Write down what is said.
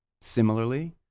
Similarly